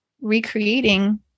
recreating